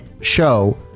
show